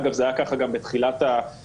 אגב, זה היה ככה גם בתחילת המשבר.